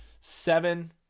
Seven